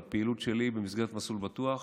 אבל הפעילות שלי במסגרת מסלול בטוח